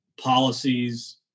policies